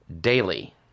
daily